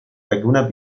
laguna